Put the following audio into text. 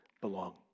belong